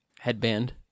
Headband